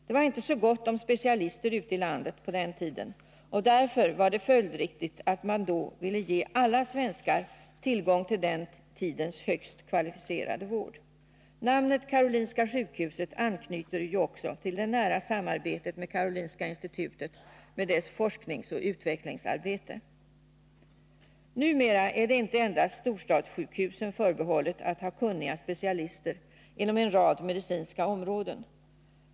Det var inte så gott om specialister ute i landet på den tiden, och därför var det följdriktigt att man ville ge alla svenskar tillgång till den tidens högst kvalificerade vård. Namnet Karolinska sjukhuset anknyter ju också till det nära samarbetet med Karolinska institutet med dess forskningsoch utvecklingsarbete. Numera är det inte endast storstadssjukhusen förebehållet att ha kunniga specialister inom en rad medicinska områden.